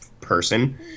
person